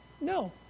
No